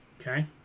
Okay